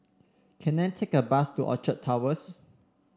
can I take a bus to Orchard Towers